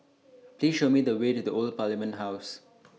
Please Show Me The Way to The Old Parliament House